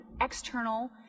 external